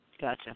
Gotcha